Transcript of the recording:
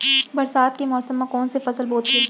बरसात के मौसम मा कोन से फसल बोथे?